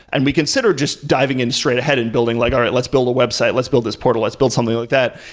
and we consider just diving in straight ahead and building like, all right, let's build a website. let's build this portal. let's build something like that,